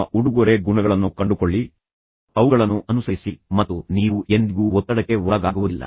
ನಿಮ್ಮ ಉಡುಗೊರೆ ಗುಣಗಳನ್ನು ಕಂಡುಕೊಳ್ಳಿ ಅವುಗಳನ್ನು ಅನುಸರಿಸಿ ಮತ್ತು ನೀವು ಎಂದಿಗೂ ಒತ್ತಡಕ್ಕೆ ಒಳಗಾಗುವುದಿಲ್ಲ